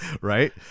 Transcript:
Right